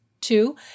two